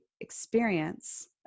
experience